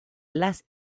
las